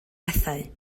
bethau